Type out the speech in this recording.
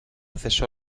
cesó